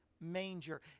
manger